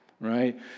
right